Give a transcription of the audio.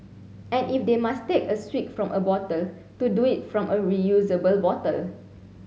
and if they must take a swig from a bottle to do it from a reusable bottle